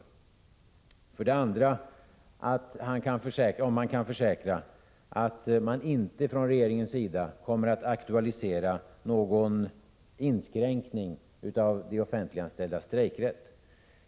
Vidare vill jag fråga, om statsrådet kan försäkra att man inte från regeringens sida kommer att aktualisera någon inskränkning av de offentliganställdas strejkrätt.